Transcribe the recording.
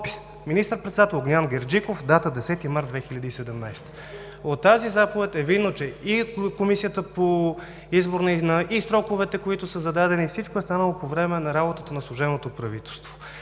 министър–председател Огнян Герджиков“. Датата е 10 март 2017 г. От тази заповед е видно, че Комисията по избора и сроковете, които са зададени – всичко е станало по време на работата на служебното правителство.